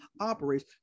operates